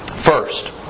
First